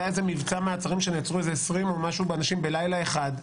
היה איזה מבצע מעצרים שנעצרו איזה 20 ומשהו בלשים בלילה אחד,